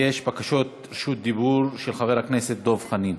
ויש בקשת רשות דיבור של חבר הכנסת דב חנין.